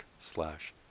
slash